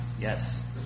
Yes